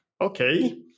Okay